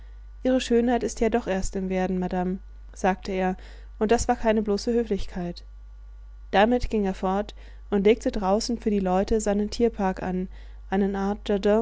ihre schönheit ist ja doch erst im werden madame sagte er und das war keine bloße höflichkeit damit ging er fort und legte draußen für die leute seinen tierpark an eine art